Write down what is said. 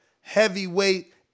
heavyweight